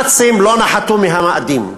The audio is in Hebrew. הנאצים לא נחתו מהמאדים,